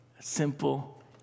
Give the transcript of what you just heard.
simple